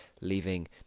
leaving